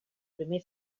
primer